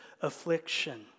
affliction